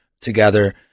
together